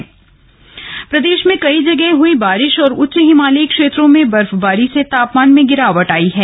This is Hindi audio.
मौसम प्रदेश में कई जगह हुई बारिश और उच्च हिमालयी क्षेत्रों में बर्फबारी से तापमान में गिरावट आयी है